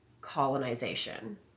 colonization